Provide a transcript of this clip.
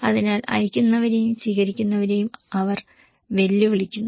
അതിനാൽ അയയ്ക്കുന്നവരെയും സ്വീകരിക്കുന്നവരെയും അവർ വെല്ലുവിളിക്കുന്നു